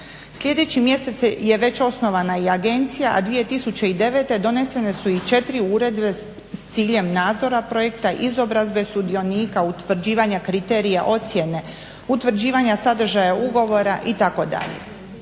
Sljedeći mjesec je već osnovana i agencija, a 2009. donesene su i 4 uredbe s ciljem nadzora projekta, izobrazbe sudionika, utvrđivanja kriterija ocjene, utvrđivanja sadržaja ugovora itd.